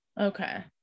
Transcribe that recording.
Okay